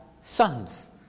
sons